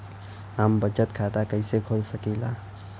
हम बचत खाता कईसे खोल सकिला?